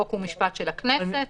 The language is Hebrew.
חוק ומשפט של הכנסת.